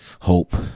Hope